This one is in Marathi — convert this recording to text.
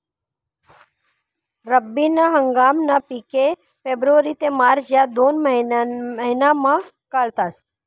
रब्बी ना हंगामना पिके फेब्रुवारी ते मार्च या दोन महिनामा काढातस